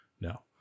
No